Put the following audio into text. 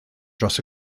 dros